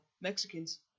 Mexicans